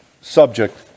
subject